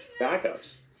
backups